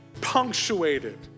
punctuated